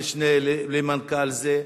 המשנה למנכ"ל זה,